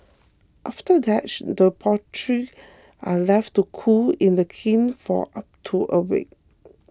after that the pottery are left to cool in the kiln for up to a week